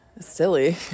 silly